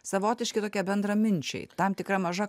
savotiški tokie bendraminčiai tam tikra maža